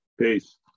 Peace